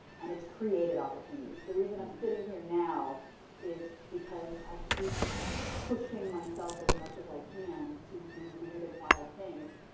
and it's created opportunities. the reason i'm sitting here now is because i keep pushing myself as much as i can to do weird and wild things.